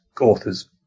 authors